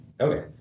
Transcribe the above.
Okay